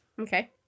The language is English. Okay